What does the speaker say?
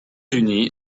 unis